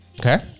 Okay